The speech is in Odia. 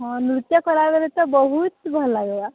ହଁ ନୃତ୍ୟ କଲାବେଲେ ତ ବହୁତ୍ ଭଲ୍ ଲାଗ୍ବା